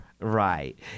Right